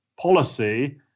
policy